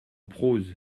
prose